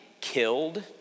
killed